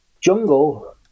jungle